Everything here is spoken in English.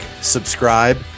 subscribe